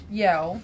yell